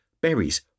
berries